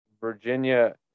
Virginia